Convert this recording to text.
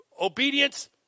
obedience